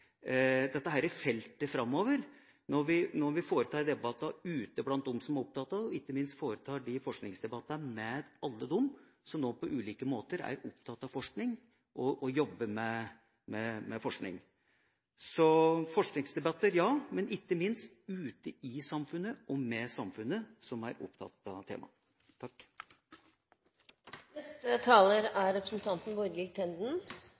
feltet framover, når vi får til debattene ute blant dem som er opptatt av det, og ikke minst tar forskningsdebattene med alle dem som nå på ulike måter er opptatt av forskning og jobber med forskning. Så forskningsdebatter ja, men ikke minst ute i samfunnet og med samfunnet, som er opptatt av temaet.